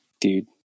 dude